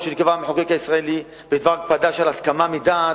שקבע המחוקק הישראלי בדבר ההקפדה על הסכמה מדעת,